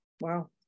wow